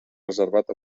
reservat